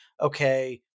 okay